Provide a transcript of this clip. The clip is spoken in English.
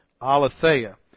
Aletheia